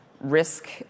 risk